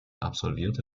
absolvierte